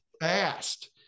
fast